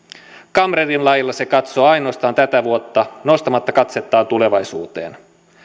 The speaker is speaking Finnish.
kamreerin lailla se katsoo ainoastaan tätä vuotta nostamatta katsettaan tulevaisuuteen